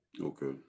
Okay